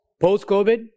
Post-COVID